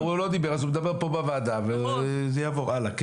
אז הוא מדבר פה בוועדה וזה יעבור הלאה.